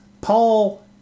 Paul